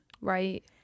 Right